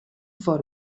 for